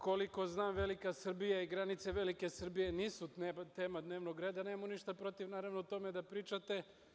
Koliko znam, Velika Srbija i granice Velike Srbije nisu tema dnevnog reda, ali nemam ništa protiv, naravno, o tome da pričate.